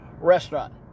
restaurant